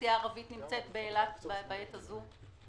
האוכלוסייה הערבית נמצאת באילת בעת הזו.